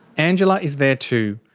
angela is there too,